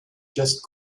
just